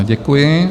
Děkuji.